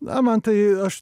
na man tai aš